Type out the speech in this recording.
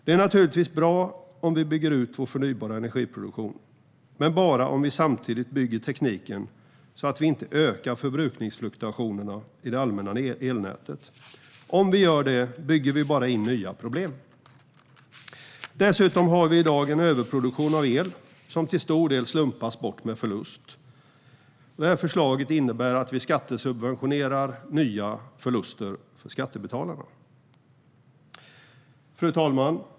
Det är naturligtvis bra om vi bygger ut vår förnybara energiproduktion, men bara om vi samtidigt bygger tekniken så att vi inte ökar förbrukningsfluktuationerna i det allmänna elnätet. Om vi gör det bygger vi bara in nya problem. Dessutom har vi i dag en överproduktion av el, som till stor del slumpas bort med förlust. Detta förslag innebär att vi skattesubventionerar nya förluster för skattebetalarna. Fru talman!